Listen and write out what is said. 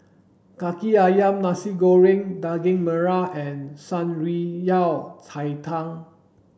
Kaki Ayam Nasi Goreng Daging Merah and Shan Rui Yao Cai Tang